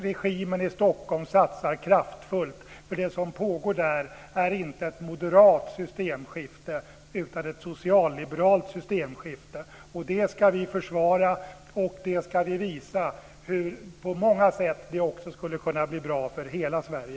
Regimen i Stockholm satsar kraftfullt, och det som pågår där är inte ett moderat systemskifte utan ett socialliberalt systemskifte. Det ska vi försvara, och vi ska också visa hur det på många sätt skulle kunna bli bra för hela Sverige.